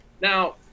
now